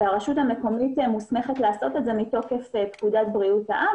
והרשות המקומית מוסמכת לעשות את זה מתוקף פקודת בריאות העם